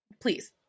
please